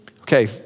Okay